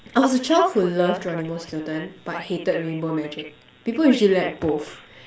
I was a child who loved Geronimo-Stilton but hated rainbow magic people usually like both